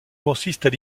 consistent